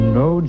no